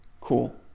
Cool